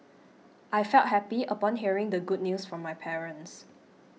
I felt happy upon hearing the good news from my parents